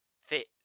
fit